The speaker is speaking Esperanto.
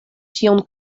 ĉion